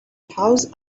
paws